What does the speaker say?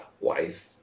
wife